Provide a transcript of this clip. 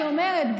אני אומרת,